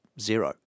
zero